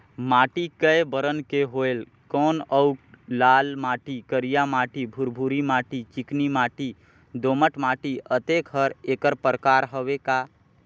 माटी कये बरन के होयल कौन अउ लाल माटी, करिया माटी, भुरभुरी माटी, चिकनी माटी, दोमट माटी, अतेक हर एकर प्रकार हवे का?